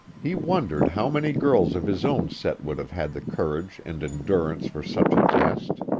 he wondered how many girls of his own set would have had the courage and endurance for such a test.